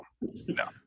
no